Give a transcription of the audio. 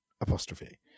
apostrophe